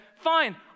fine